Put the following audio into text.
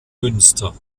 münster